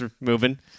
moving